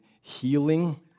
healing